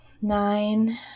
nine